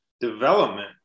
development